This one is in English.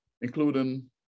including